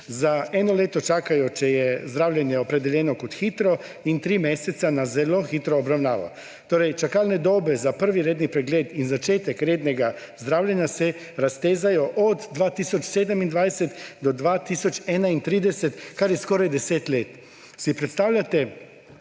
eno leto čakajo, če je zdravljenje opredeljeno kot hitro, in tri mesece na zelo hitro obravnavo. Torej, čakalne dober za prvi redni pregled in začetek rednega zdravljenja se raztezajo od 2027 do 2031, kar je skoraj deset let. Si predstavljate